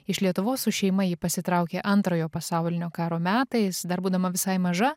iš lietuvos su šeima ji pasitraukė antrojo pasaulinio karo metais dar būdama visai maža